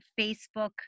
Facebook